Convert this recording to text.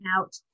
out